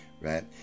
right